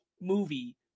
movie